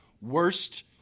worst